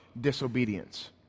disobedience